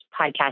podcast